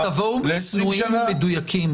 אז תבואו צנועים ומדויקים.